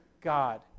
God